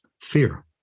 Fear